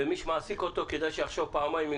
ומי שמעסיק אותו, שיחשוב פעמיים אם